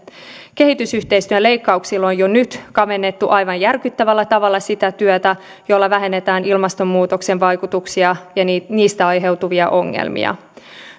kehitysyhteistyön leikkauksilla on jo nyt kavennettu aivan järkyttävällä tavalla sitä työtä jolla vähennetään ilmastonmuutoksen vaikutuksia ja niistä aiheutuvia ongelmia